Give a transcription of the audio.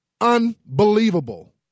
Unbelievable